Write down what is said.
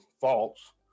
false